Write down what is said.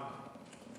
למה?